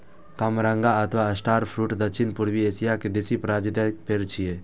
कामरंगा अथवा star fruit दक्षिण पूर्वी एशिया के देसी प्रजातिक पेड़ छियै